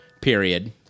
period